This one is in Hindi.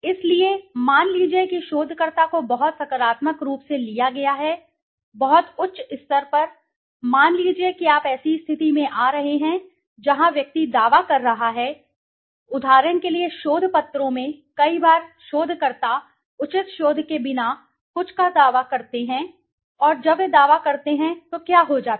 इसलिए मान लीजिए कि शोधकर्ता को बहुत सकारात्मक रूप से लिया गया है बहुत उच्च स्तर पर मान लीजिए कि आप ऐसी स्थिति में आ रहे हैं जहां व्यक्ति दावा कर रहा है उदाहरण के लिए शोध पत्रों में कई बार शोधकर्ता उचित शोध के बिना कुछ का दावा करते हैं और जब वे दावा करते हैं तो क्या हो जाता